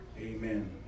Amen